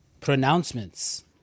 pronouncements